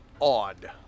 odd